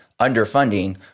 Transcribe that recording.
underfunding